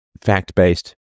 fact-based